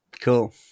Cool